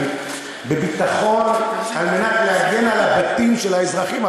בביטחון כדי להגן על הבתים של האזרחים,